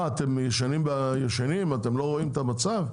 מה, אתם ישנים, אתם לא רואים את המצב?